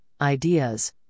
ideas